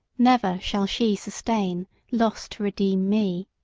never shall she sustain loss to redeem me.